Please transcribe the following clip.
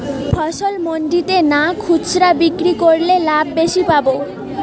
ফসল মন্ডিতে না খুচরা বিক্রি করলে লাভ বেশি পাব?